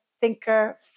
thinker